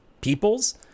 peoples